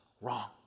wrong